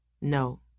No